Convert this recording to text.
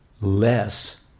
less